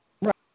Right